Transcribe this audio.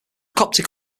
coptic